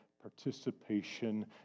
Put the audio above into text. participation